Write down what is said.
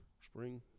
spring